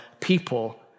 people